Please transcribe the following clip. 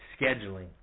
scheduling